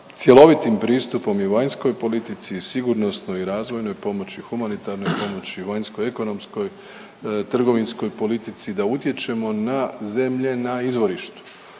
cjelovitim pristupom i vanjskoj politici i sigurnosnoj i razvojnoj pomoći, humanitarnoj pomoći i vanjsko-ekonomskoj, trgovinskoj politici da utječemo na zemlje na izvorištu.